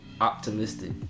Optimistic